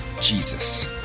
Jesus